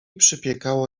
przypiekało